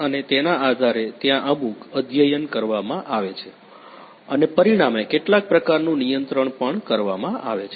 અને તેના આધારે ત્યાં અમુક અધ્યયન કરવામાં આવે છે અને પરિણામે કેટલાક પ્રકારનું નિયંત્રણ પણ કરવામાં આવે છે